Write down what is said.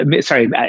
sorry